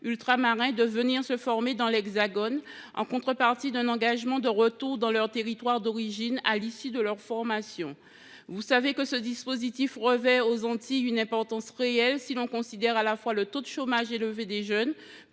ultramarins de venir se former dans l’Hexagone, en contrepartie d’un engagement de retour dans leur territoire d’origine, à l’issue de leur formation. Vous le savez, ce dispositif revêt aux Antilles une importance réelle, si l’on considère à la fois le taux de chômage élevé des jeunes